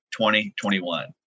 2021